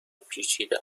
پیچیده